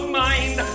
mind